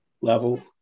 level